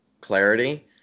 clarity